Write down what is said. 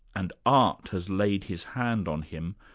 and art has laid his hand on him,